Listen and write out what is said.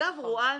אגב, רואנדה,